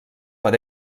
per